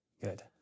Good